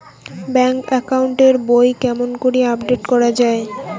Bank account এর বই কেমন করি আপডেট করা য়ায়?